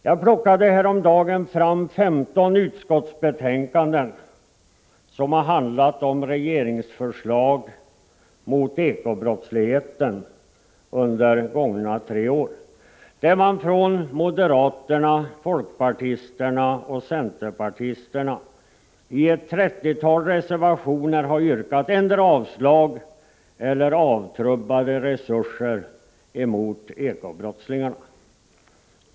Jag plockade häromdagen fram 15 utskottsbetänkanden som handlat om regeringsförslag mot ekobrottsligheten under de gångna tre åren, där moderaterna, folkpartisterna och centerpartisterna i ett trettiotal reservationer yrkat endera avslag eller avtrubbade resurser mot ekobrottslingarna.